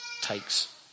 takes